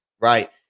Right